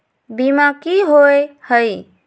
बीमा की होअ हई?